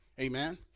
Amen